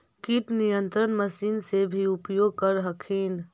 किट नियन्त्रण मशिन से भी उपयोग कर हखिन?